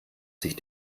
sich